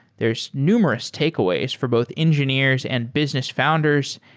there's numerous takeaways for both engineers and business founders.